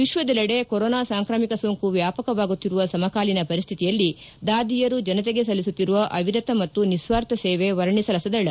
ವಿಶ್ವದೆಲ್ಲೆಡೆ ಕೊರೊನಾ ಸಾಂಕ್ರಾಮಿಕ ಸೋಂಕು ವ್ಲಾಪಕವಾಗುತ್ತಿರುವ ಸಮಕಾಲೀನ ಪರಿಸ್ಥಿತಿಯಲ್ಲಿ ದಾದಿಯರು ಜನತೆಗೆ ಸಲ್ಲಿಸುತ್ತಿರುವ ಅವಿರತ ಮತ್ತು ನಿಸ್ನಾರ್ಥ ಸೇವೆ ವರ್ಣೆಸಲಸದಳ